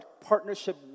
partnership